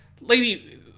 Lady